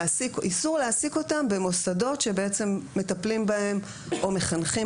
איסור להעסיק אותם במוסדות שמטפלים בהם או מחנכים